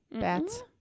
bats